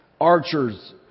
archers